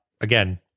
again